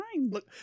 Look